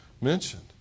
mentioned